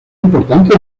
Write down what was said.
importante